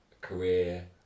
career